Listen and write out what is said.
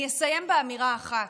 אני אסיים באמירה אחת: